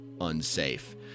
unsafe